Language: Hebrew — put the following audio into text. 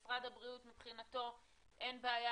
משרד הבריאות מבחינתו אין בעיה,